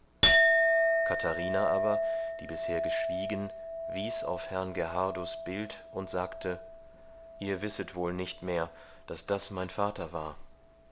katharina aber die bisher geschwiegen wies auf herrn gerhardus bild und sagte ihr wisset wohl nicht mehr daß das mein vater war